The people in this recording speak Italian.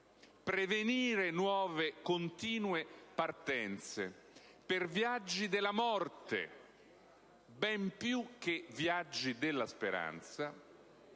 prevenire nuove, continue partenze per viaggi della morte (ben più che "viaggi della speranza")